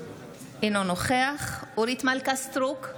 אינו נוכח אורית מלכה סטרוק,